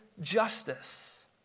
justice